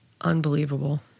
Unbelievable